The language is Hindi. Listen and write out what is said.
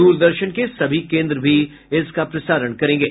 द्रदर्शन के सभी केन्द्र भी इसका प्रसारण करेंगे